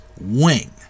Wing